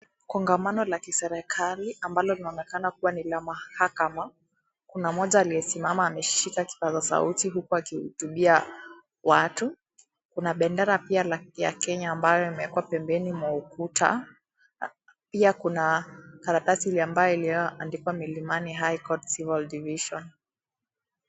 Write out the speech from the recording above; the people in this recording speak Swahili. Kongamano la kiserekali, ambalo linaonekana kuwa ni la mahakama, kuna moja aliyesimama akishika kipasasauti huku akihutubia, watu, kuna bendera pia la, ya Kenya ambayo imeekwa pembeni mwa ukuta, pia kuna, karatasi ambayo iliyo andikwa Milimani High Court Cival Division.